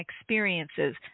experiences